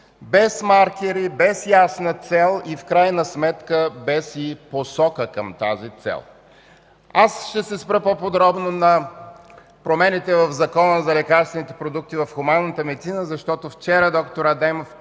без маркери, без ясна цел и в крайна сметка без посока към тази цел. Ще се спра по-подробно на промените в Закона за лекарствените продукти в хуманната медицина, защото вчера д-р Адемов